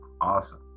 Awesome